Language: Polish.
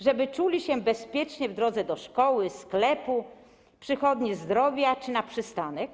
żeby czuli się bezpiecznie w drodze do szkoły, sklepu, przychodni zdrowia czy na przystanek?